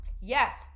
Yes